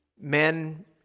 men